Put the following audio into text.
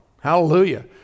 Hallelujah